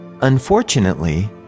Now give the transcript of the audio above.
Unfortunately